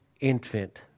infant